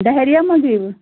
ڈہیٚریا ما گٔیوٕ